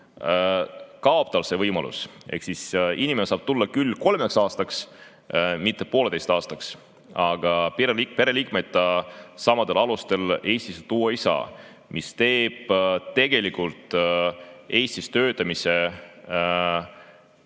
kaob tal see võimalus. Inimene saab siia tulla küll kolmeks aastaks, mitte poolteiseks aastaks, aga pereliikmeid ta samadel alustel Eestisse tuua ei saa. See teeb tegelikult Eestis töötamise